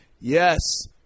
yes